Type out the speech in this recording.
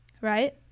right